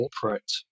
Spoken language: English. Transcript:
corporate